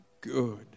good